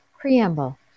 preamble